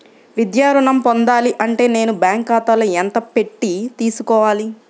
విద్యా ఋణం పొందాలి అంటే నేను బ్యాంకు ఖాతాలో ఎంత పెట్టి తీసుకోవాలి?